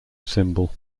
symbol